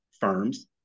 firms